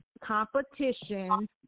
competition